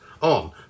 on